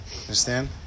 understand